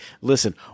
listen